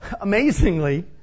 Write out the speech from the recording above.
amazingly